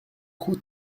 route